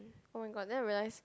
[oh]-my-god then I realise